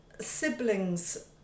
siblings